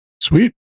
Sweet